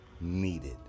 needed